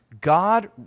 God